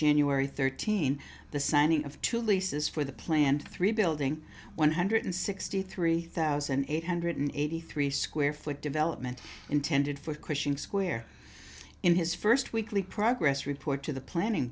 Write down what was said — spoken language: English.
january thirteenth the signing of two leases for the planned three building one hundred sixty three thousand eight hundred eighty three square foot development intended for christian square in his first weekly progress report to the planning